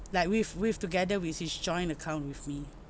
like with with together with his joint account with me